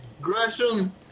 Gresham